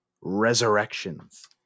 Resurrections